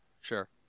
sure